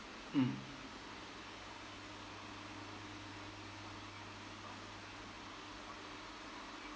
mm